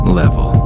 level